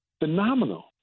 phenomenal